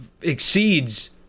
exceeds